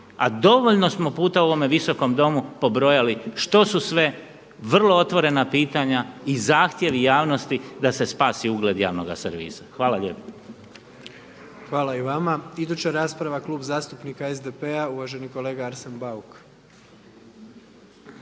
a dovoljno smo puta u ovome Visokom domu pobrojali što su sve vrlo otvorena pitanja i zahtjevi javnosti da se spasi ugled javnoga servisa. Hvala lijepo. **Jandroković, Gordan (HDZ)** Hvala i vama. Iduća rasprava Klub zastupnika SDP-a, uvaženi kolega Arsen Bauk.